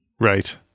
Right